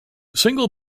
single